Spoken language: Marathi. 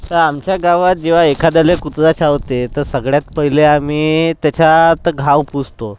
तर आमच्या गावात जेव्हा एखाद्याले कुत्रा चावते तर सगळ्यात पहिले आम्ही त्याचा तो घाव पुसतो